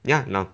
ya now